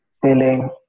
feeling